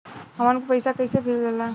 हमन के पईसा कइसे भेजल जाला?